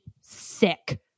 sick